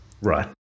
Right